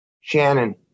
Shannon